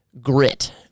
grit